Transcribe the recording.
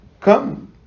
Come